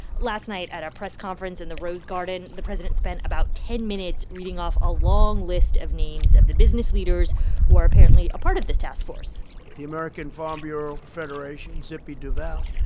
last night, at a press conference in the rose garden, the president spent about ten minutes reading off a long list of names of the business leaders who are apparently a part of this task force the american farm bureau federation, zippy duvall,